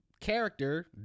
character